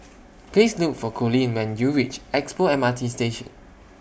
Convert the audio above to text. Please Look For Coleen when YOU REACH Expo M R T Station